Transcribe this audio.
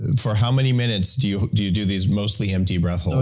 for how many minutes do you do you do these mostly empty breath-holds?